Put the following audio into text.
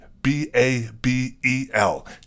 B-A-B-E-L